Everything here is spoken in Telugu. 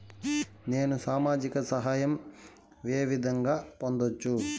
నేను సామాజిక సహాయం వే విధంగా పొందొచ్చు?